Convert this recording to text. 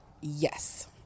yes